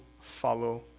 follow